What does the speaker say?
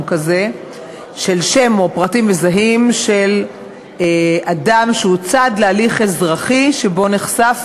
כזה של שם או פרטים מזהים של אדם שהוא צד להליך אזרחי שבו נחשף